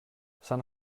san